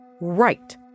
Right